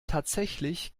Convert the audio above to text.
tatsächlich